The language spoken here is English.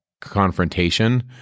confrontation